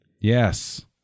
Yes